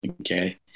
okay